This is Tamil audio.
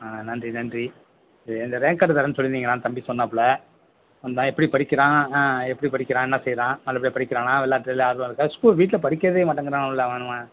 ஆ நன்றி நன்றி இது இந்த ரேங்க கார்டு தரன்னு சொல்லி இருந்தீங்களாம் தம்பி சொன்னாப்புல வந்தா எப்படி படிக்கிறான் ஆ எப்படி படிக்கிறான் என்ன செய்யறான் நல்லபடியாக படிக்கிறானா விள்ளாட்டுலேலாம் ஆர்வம் இருக்கா ஸ்கூல் வீட்டில் படிக்கிறதே மாட்டங்குறான் அவன்ல அவனுவ